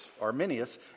Arminius